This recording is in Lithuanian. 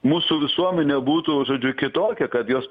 mūsų visuomenė būtų žodžiu kitokia kad jos